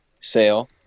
Sale